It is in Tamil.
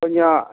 கொஞ்சம்